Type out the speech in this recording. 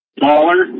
smaller